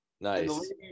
Nice